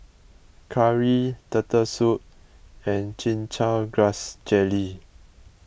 Curry Turtle Soup and Chin Chow Grass Jelly